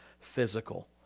physical